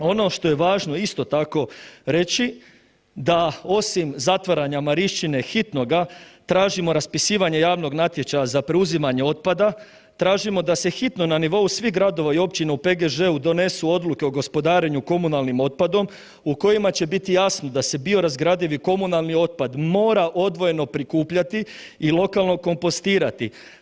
Ono što je važno isto tako reći da osim zatvaranja Marišćine hitnoga tražimo raspisivanje javnog natječaja za preuzimanje otpada, tražimo da se hitno na nivou svih gradova i općina u PGŽ-u donesu odluke o gospodarenju komunalnim otpadom u kojima će biti jasno da se biorazgradivi komunalni otpad mora odvojeno prikupljati i lokalno kompostirati.